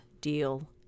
deal